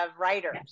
writers